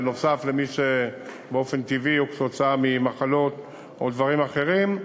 נוסף על מי שבאופן טבעי או כתוצאה ממחלות או דברים אחרים.